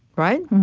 right?